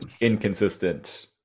inconsistent